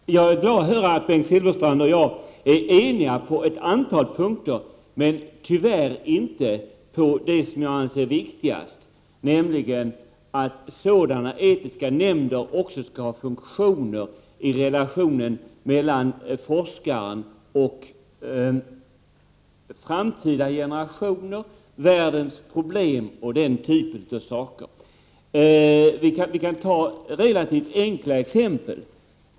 Fru talman! Jag är glad att höra att Bengt Silfverstrand och jag är eniga på 16 november 1989 ett antal punkter, men tyvärr inte på dem som jag anser viktigast, nämligen GA, att sådana etiska nämnder också skall ha funktioner i relationen mellan forskaren och framtida generationer, världens problem och den typen av saker. Jag kan ta ett relativt enkelt exempel.